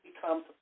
becomes